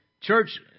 church